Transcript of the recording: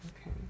Okay